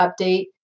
update